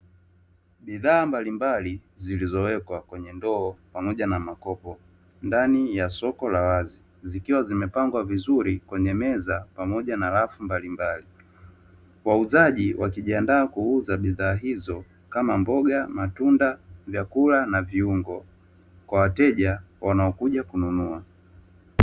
Bidhaa mbalimbali zilizowekwa kwenye ndoo pamoja na makopo ndani ya soko la wazi, zikiwa zimepangwa vizuri kwenye meza pamoja na rafu mbalimbali. Wauzaji wakijiandaa kuuza bidhaa hizo kama: mboga, matunda, vyakula na viungo, kwa wateja wanaokuja kununua.